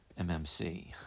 MMC